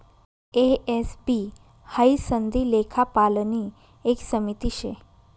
ए, S, B हाई सनदी लेखापालनी एक समिती शे